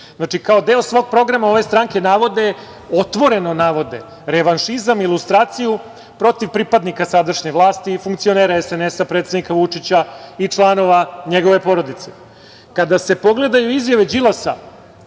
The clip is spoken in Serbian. Znači, kao deo svog programa ove stranke navode otvoreno revanšizam i lustraciju protiv pripadnika sadašnje vlasti i funkcionera SNS predsednika Vučića i članova njegove porodice. Kada se pogledaju izjave Đilasa,